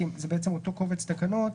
כי זה בעצם אותו קובץ תקנות,